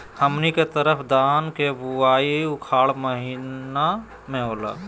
हमनी के तरफ धान के बुवाई उखाड़ महीना में होला